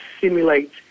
simulate